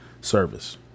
service